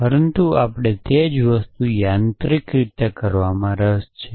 પરંતુ આપણને તે જ વસ્તુ યાંત્રિક રીતે કરવામાં રસ છે